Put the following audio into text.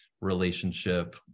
relationship